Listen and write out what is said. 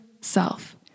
self